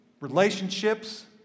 relationships